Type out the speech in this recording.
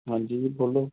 ਹਾਂਜੀ ਬੋਲੋ